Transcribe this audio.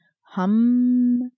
hum